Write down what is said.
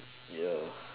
ya